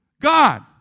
God